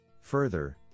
Further